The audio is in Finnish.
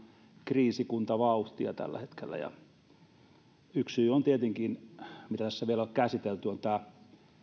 kriisikuntavauhtia tällä hetkellä yksi syy tietenkin mitä tässä ei vielä ole käsitelty on tämä